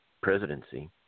Presidency